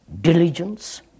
diligence